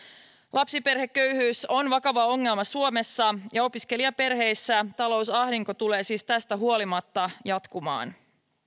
lapsiperheköyhyys on vakava ongelma suomessa ja opiskelijaperheissä talousahdinko tulee siis tästä huolimatta jatkumaan